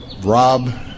rob